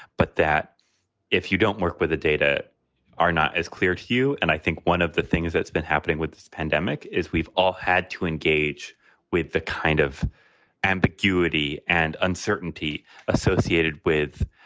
but that if you don't work with the data are not as clear to you. and i think one of the things that's been happening with this pandemic is we've all had to engage with the kind of ambiguity and uncertainty associated with